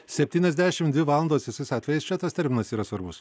septyniasdešimt dvi valandos visais atvejais čia tas terminas yra svarbus